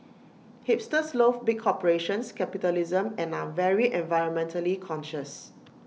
hipsters loath big corporations capitalism and are very environmentally conscious